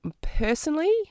personally